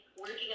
working